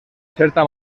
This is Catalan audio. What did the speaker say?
certa